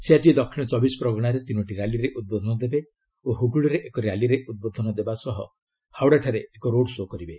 ସେ ଆଜି ଦକ୍ଷିଣ ଚବିଶପ୍ରଗଣାରେ ତିନୋଟି ର୍ୟାଲିରେ ଉଦ୍ବୋଧନ ଦେବେ ଓ ହୁଗୁଳିରେ ଏକ ର୍ୟାଲିରେ ଉଦ୍ବୋଧନ ଦେବା ସହ ହାଓଡ଼ାଠାରେ ଏକ ରୋଡ୍ ଶୋ କରିବେ